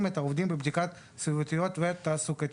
את העובדים בבדיקות סביבתיות ותעסוקתיות.